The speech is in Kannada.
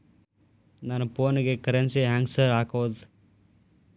ನನ್ ಫೋನಿಗೆ ಕರೆನ್ಸಿ ಹೆಂಗ್ ಸಾರ್ ಹಾಕೋದ್?